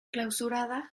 clausurada